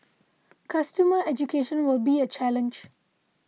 consumer education will be a challenge